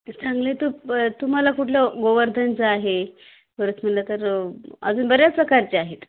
चांगले तर तुम्हाला कुठलं गोवर्धनचं आहे परत म्हटलं तर अजून बऱ्याच प्रकारचे आहेत